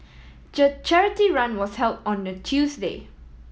charity run was held on a Tuesday